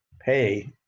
pay